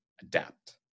adapt